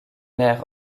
air